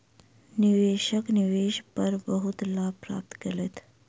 निवेशक निवेश पर बहुत लाभ प्राप्त केलैथ